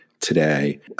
today